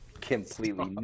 completely